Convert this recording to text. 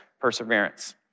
perseverance